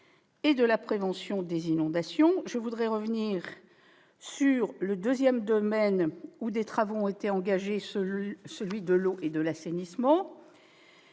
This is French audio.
et la prévention des inondations, je voudrais revenir sur le deuxième domaine où des travaux ont été engagés, celui de l'eau et de l'assainissement.